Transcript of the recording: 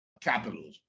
capitalism